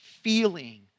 feeling